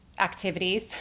activities